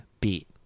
beat